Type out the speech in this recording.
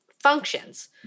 functions